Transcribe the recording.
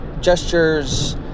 gestures